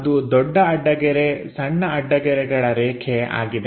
ಅದು ದೊಡ್ಡ ಅಡ್ಡಗೆರೆಸಣ್ಣ ಅಡ್ಡ ಗೆರೆಗಳ ರೇಖೆ ಆಗಿದೆ